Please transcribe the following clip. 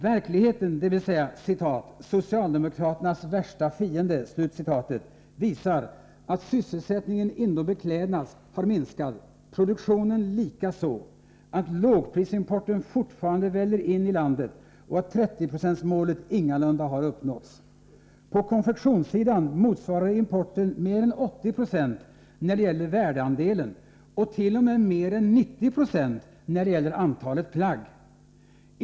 Verkligheten, dvs. ”socialdemokraternas värste fiende”, visar att sysselsättningen inom beklädnadsindustrin har minskat och produktionen likaså, att lågprisimporten fortfarande väller in i landet och att 30-procentsmålet ingalunda har uppnåtts. På konfektionssidan motsvarar importen mer än 80 96 när det gäller värdeandelen och t.o.m. mer än 90 96 när det gäller antalet plagg.